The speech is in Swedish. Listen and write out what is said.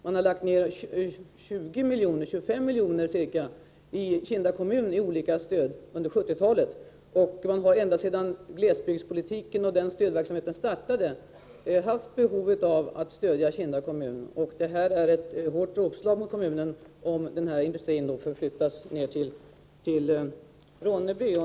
Man har lagt ner 20-25 milj.kr. i Kinda kommun i form av olika stöd sedan 1970-talet. Ända sedan glesbygdspolitiken och stödverksamheten startade har det funnits behov av att stödja Kinda kommun. Det vore ett dråpslag mot kommunen om den här industrin skulle flyttas ner till Ronneby.